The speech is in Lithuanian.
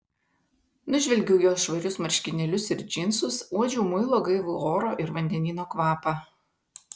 nužvelgiau jo švarius marškinėlius ir džinsus uodžiau muilo gaivų oro ir vandenyno kvapą